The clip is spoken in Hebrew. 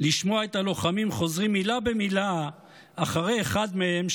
לשמוע את הלוחמים חוזרים מילה במילה אחרי אחד מהם,